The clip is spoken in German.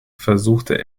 versuchte